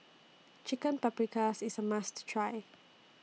Chicken Paprikas IS A must Try